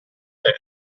nel